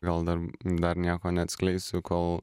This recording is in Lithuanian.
gal dar dar nieko neatskleisiu kol